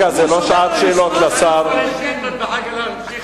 ואחר כך להמשיך?